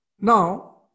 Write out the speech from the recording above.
Now